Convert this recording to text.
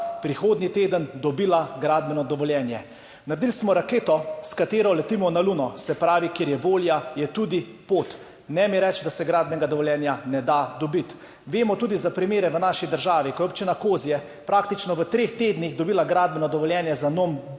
prihodnji teden dobila gradbeno dovoljenje. Naredili smo raketo, s katero letimo na Luno, se pravi, kjer je volja, je tudi pot. Ne mi reči, da se gradbenega dovoljenja ne da dobiti. Vemo tudi za primere v naši državi, ko je Občina Kozje praktično v treh tednih dobila gradbeno dovoljenje za nov dom